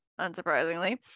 unsurprisingly